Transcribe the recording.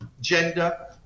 gender